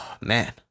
man